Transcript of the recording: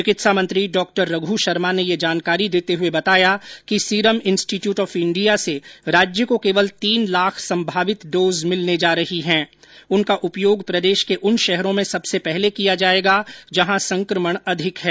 चिकित्सा मंत्री डॉ रघु शर्मा ने ये जानकारी देते हुए बताया कि सीरम इंस्टीट्यूट ऑफ इंडिया से राज्य को केवल तीन लाख संभावित डोज मिलने जा रही हैं उनका उपयोग प्रदेश के उन शहरों में सबसे पहले किया जाएगा जहां संक्रमण अधिक है